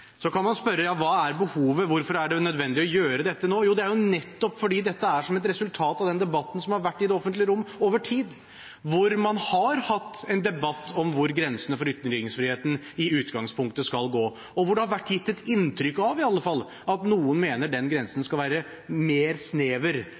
Så kan man spørre: Hva er behovet, og hvorfor er det nødvendig å gjøre dette nå? Jo, det er fordi dette nettopp er et resultat av den debatten som har vært i det offentlige rommet over tid, hvor man har hatt en debatt om hvor grensene for ytringsfriheten i utgangspunktet skal gå, og hvor det i alle fall har vært gitt et inntrykk av at noen mener at den grensen skal være mer snever